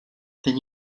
then